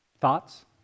thoughts